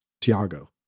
Tiago